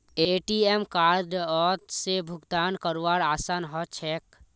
ATM कार्डओत से भुगतान करवार आसान ह छेक